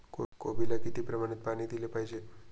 कोबीला किती प्रमाणात पाणी दिले पाहिजे?